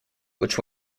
which